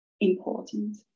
important